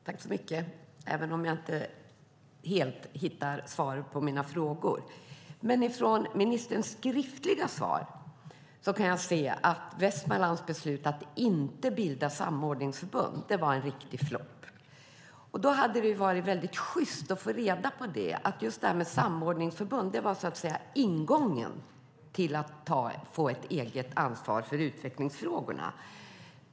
Herr talman! Tack så mycket, Stefan Attefall, även om jag inte helt hittar svaret på mina frågor! I ministerns skriftliga svar kan jag dock se att Västmanlands beslut att inte bilda samordningsförbund var en riktig flopp. Det hade varit sjyst att få reda på att just det här med samordningsförbund var så att säga ingången till att få eget ansvar för utvecklingsfrågorna.